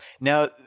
Now